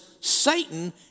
Satan